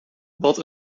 wat